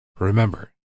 Remember